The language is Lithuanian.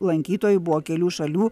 lankytojų buvo kelių šalių